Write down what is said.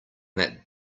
that